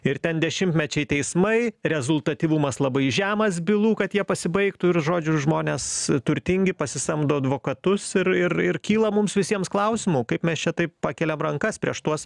ir ten dešimtmečiai teismai rezultatyvumas labai žemas bylų kad jie pasibaigtų ir žodžiu žmonės turtingi pasisamdo advokatus ir ir ir kyla mums visiems klausimų kaip mes čia taip pakeliam rankas prieš tuos